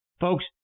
Folks